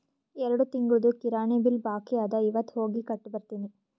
ಎರಡು ತಿಂಗುಳ್ದು ಕಿರಾಣಿ ಬಿಲ್ ಬಾಕಿ ಅದ ಇವತ್ ಹೋಗಿ ಕಟ್ಟಿ ಬರ್ತಿನಿ